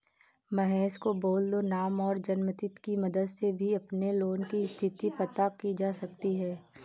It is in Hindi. महेश को बोल दो नाम और जन्म तिथि की मदद से भी अपने लोन की स्थति पता की जा सकती है